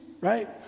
right